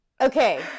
okay